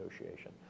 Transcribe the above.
negotiation